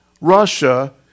Russia